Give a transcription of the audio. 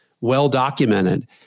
well-documented